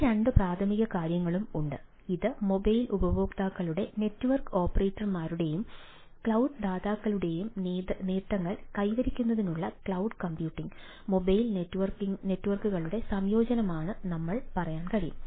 ഈ രണ്ട് പ്രാഥമിക കാര്യങ്ങളും ഉണ്ട് ഇത് മൊബൈൽ ഉപയോക്താക്കളുടെ നെറ്റ്വർക്ക് ഓപ്പറേറ്റർമാരുടെയും ക്ലൌഡ് ദാതാക്കളുടെയും നേട്ടങ്ങൾ കൈവരിക്കുന്നതിനുള്ള ക്ലൌഡ് കമ്പ്യൂട്ടിംഗ് മൊബൈൽ നെറ്റ്വർക്കുകളുടെ സംയോജനമാണെന്ന് ഞങ്ങൾക്ക് പറയാൻ കഴിയും